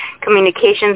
Communication's